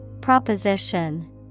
Proposition